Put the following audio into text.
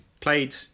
played